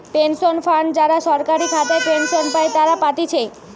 pension fund যারা সরকারি খাতায় পেনশন পাই তারা পাতিছে